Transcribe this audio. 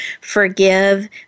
forgive